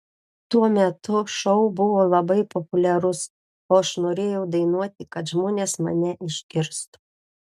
tuo metu šou buvo labai populiarus o aš norėjau dainuoti kad žmonės mane išgirstų